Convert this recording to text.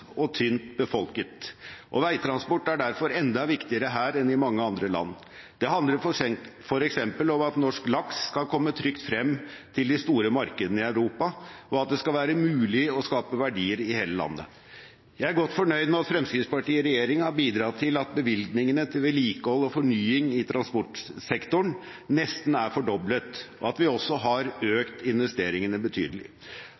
og tynt befolket, og veitransport er derfor enda viktigere her enn i mange andre land. Det handler f.eks. om at norsk laks skal komme trygt frem til de store markedene i Europa, og at det skal være mulig å skape verdier i hele landet. Jeg er godt fornøyd med at Fremskrittspartiet i regjering har bidratt til at bevilgningene til vedlikehold og fornying i transportsektoren nesten er fordoblet, og at vi også har